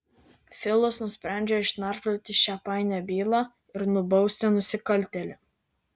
filas nusprendžia išnarplioti šią painią bylą ir nubausti nusikaltėlį